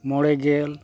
ᱢᱚᱬᱮ ᱜᱮᱞ